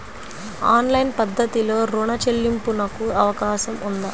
Online పద్ధతిలో రుణ చెల్లింపునకు అవకాశం ఉందా?